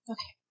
Okay